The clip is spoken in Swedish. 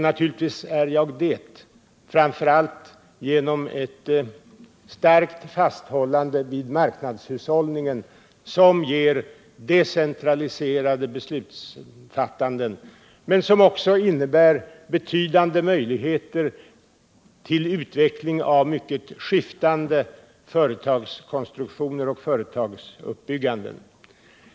Naturligtvis är jag det, framför allt konkurrens och maktspridning genom ett starkt fasthållande vid marknadshushållningen, som ger decentraliserade beslutsfattanden men som också innebär betydande möjligheter till utveckling av mycket skiftande företagskonstruktioner och företagsuppbygganden.